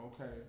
okay